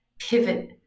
pivot